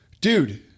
Dude